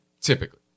Typically